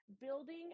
building